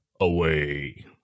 away